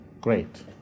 great